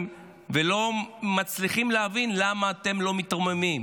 ולא מצליחים להבין למה אתם לא מתרוממים,